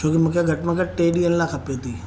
छोकी मूंखे घटि में घटि टे ॾींहंनि लाइ खपे थी